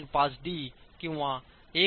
5 D किंवा 1